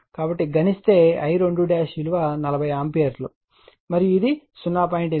కాబట్టి గణిస్తే I2 విలువ 40 ఆంపియర్ మరియు ఇది 0